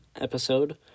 episode